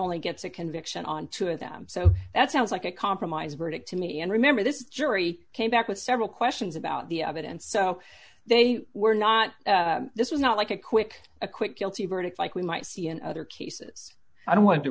only gets a conviction on two of them so that sounds like a compromise verdict to me and remember this jury came back with several questions about the evidence so they were not this is not like a quick a quick guilty verdict like we might see in other cases i don't want t